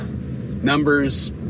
numbers